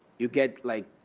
you get like